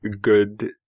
good